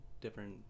different